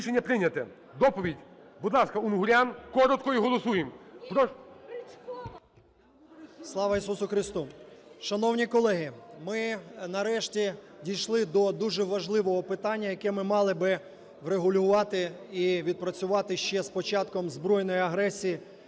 Доповідь, будь ласка, Унгурян. Коротко, і голосуємо. 11:48:57 УНГУРЯН П.Я. Слава Ісусу Христу! Шановні колеги, ми нарешті дійшли до дуже важливого питання, яке ми мали би врегулювати і відпрацювати ще з початком збройної агресії,